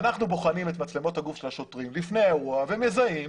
אנחנו בוחנים את מצלמות הגוף של השוטרים לפני האירוע ומזהים